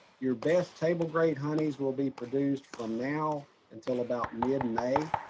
your best table grade honeys will be produced from now until about mid-may.